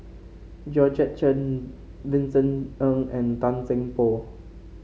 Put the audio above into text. Georgette Chen Vincent Ng and Tan Seng Poh